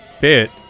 bit